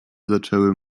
zaczęły